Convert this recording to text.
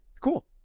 Cool